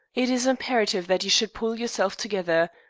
it is imperative that you should pull yourself together.